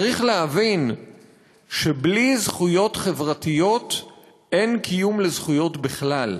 צריך להבין שבלי זכויות חברתיות אין קיום לזכויות בכלל.